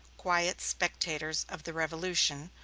quiet spectators of the revolution,